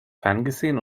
ferngesehen